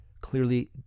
clearly